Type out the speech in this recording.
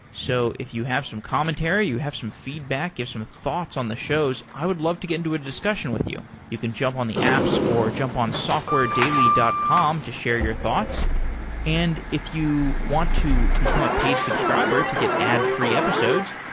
so if you have some commentary, you have some feedback, you have some thoughts on the shows, i would love to get into a discussion with you you can jump on the apps or jump on softwaredaily dot com to share your thoughts and if you want to become a paid subscriber to get ad-free episodes,